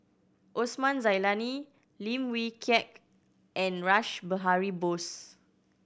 Osman Zailani Lim Wee Kiak and Rash Behari Bose